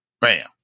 bam